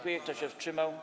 Kto się wstrzymał?